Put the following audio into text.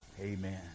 Amen